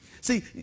See